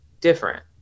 different